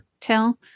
tell